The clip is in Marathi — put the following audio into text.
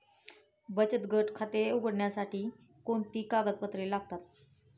बचत खाते उघडण्यासाठी कोणती कागदपत्रे लागतात?